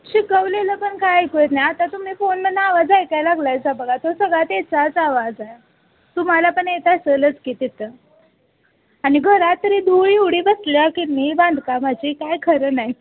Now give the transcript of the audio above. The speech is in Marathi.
शिकवलेलं पण काही ऐकू येत नाही आता तुम्ही फोनमधनं आवाज ऐकायला लागलायसा बघा तो सगळा तेचाच आवाज आहे तुम्हाला पण येत असलंच की तिथं आणि घरात तरी धूळ एवढी बसली आहे की नाही बांधकामाची काही खरं नाही